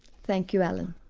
thank you, alan.